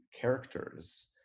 characters